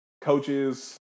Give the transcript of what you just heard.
coaches